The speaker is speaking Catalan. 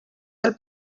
del